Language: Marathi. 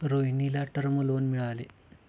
रोहिणीला टर्म लोन मिळाले